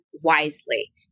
wisely